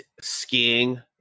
skiing